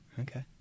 Okay